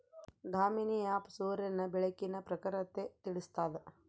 Damini app ಸೂರ್ಯನ ಬೆಳಕಿನ ಪ್ರಖರತೆ ತಿಳಿಸ್ತಾದ